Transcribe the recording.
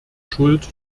schuld